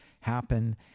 happen